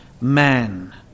man